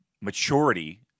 maturity